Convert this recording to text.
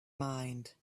mind